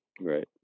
Right